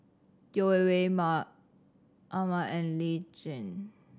Yeo Wei Wei Ahmad and Lee Tjin